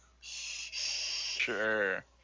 Sure